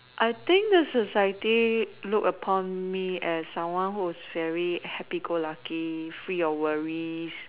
I think the society look upon me as someone who is very happy good lucky free of worries